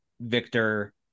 Victor